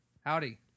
Howdy